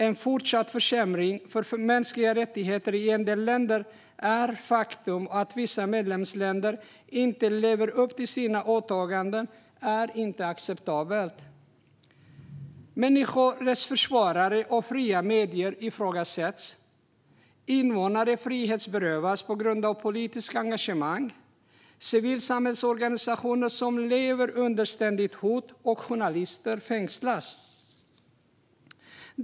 En fortsatt försämring för mänskliga rättigheter i en del länder är ett faktum, och att vissa medlemsländer inte lever upp till sina åtaganden är inte acceptabelt. Människorättsförsvarare och fria medier ifrågasätts. Invånare frihetsberövas på grund av politiskt engagemang, civilsamhällesorganisationer lever under ständigt hot och journalister fängslas.